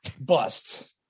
bust